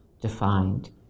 defined